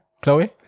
Chloe